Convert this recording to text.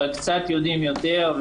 אבל קצת יודעים יותר,